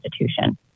institution